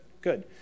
good